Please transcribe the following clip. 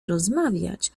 rozmawiać